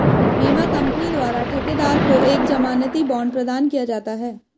बीमा कंपनी द्वारा ठेकेदार को एक जमानती बांड प्रदान किया जाता है